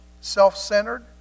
self-centered